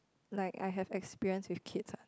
like I have experience with kids what